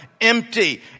empty